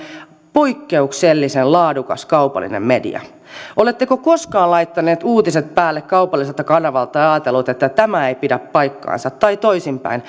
poikkeuksellisen laadukas kaupallinen media oletteko koskaan laittaneet uutiset päälle kaupalliselta kanavalta ja ajatelleet että tämä ei pidä paikkaansa tai toisin päin